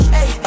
Hey